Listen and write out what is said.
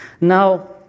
Now